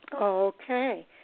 Okay